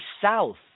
south